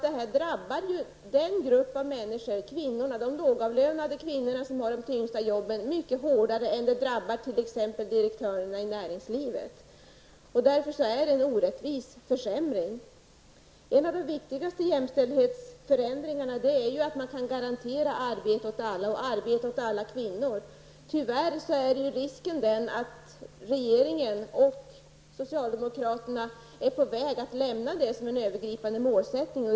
Detta drabbar ju de lågavlönade kvinnorna som har de tyngsta jobben mycket hårdare än det drabbar t.ex. direktörerna i näringslivet. Därför är det en orättvis försämring. En av de viktigaste jämställdhetsförändringarna är ju att man kan garantera arbete åt alla -- arbete åt alla kvinnor. Tyvärr är ju risken den att regeringen och socialdemokraterna är på väg att lämna den övergripande målsättningen.